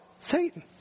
Satan